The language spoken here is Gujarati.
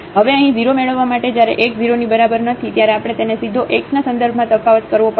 હવે અહીં 0 મેળવવા માટે જ્યારે x 0 ની બરાબર નથી ત્યારે આપણે તેને સીધો x ના સંદર્ભમાં તફાવત કરવો પડશે